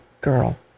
girl